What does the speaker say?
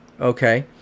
Okay